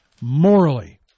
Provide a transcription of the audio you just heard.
Morally